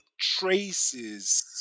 traces